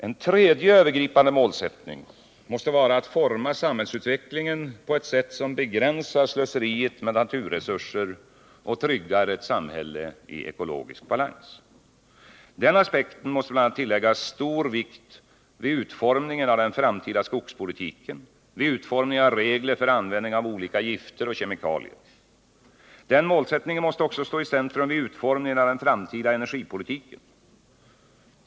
En tredje övergripande målsättning måste vara att forma samhällsutvecklingen på ett sätt som begränsar slöseriet med naturresurser och tryggar ett samhälle i ekologisk balans. Den aspekten måste bl.a. tilläggas stor vikt vid utformningen av den framtida skogspolitiken och vid utformningen av regler för användning av olika gifter och kemikalier. Den målsättningen måste också stå i centrum vid utformningen av den framtida energipolitiken.